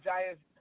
Giants